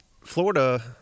florida